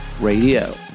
Radio